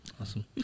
Awesome